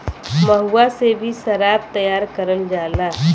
महुआ से भी सराब तैयार करल जाला